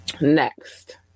Next